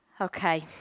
Okay